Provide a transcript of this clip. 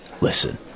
Listen